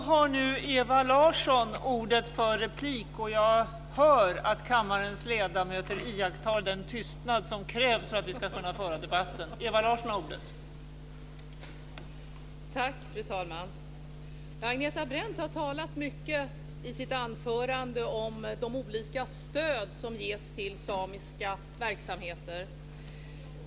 Fru talman! Agneta Brendt har i sitt anförande talat mycket om de olika stöd som ges till samiska verksamheter.